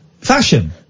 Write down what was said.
fashion